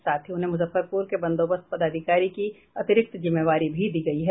साथ ही उन्हें मुजफ्फरपुर के बंदोबस्त पदाधिकारी की अतिरिक्त जिम्मेवारी भी दी गई है